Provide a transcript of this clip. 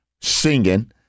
singing